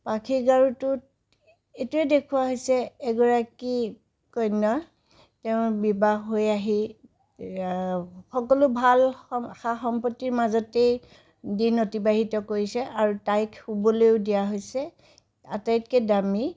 পাখীৰ গাৰুটোত এইটোৱে দেখোঁৱা হৈছে এগৰাকী কন্যা তেওঁৰ বিবাহ হৈ আহি সকলো ভাল সা সম্পত্তিৰ মাজতেই দিন অতিবাহিত কৰিছে আৰু তাইক শুবলৈও দিয়া হৈছে আটাইতকৈ দামী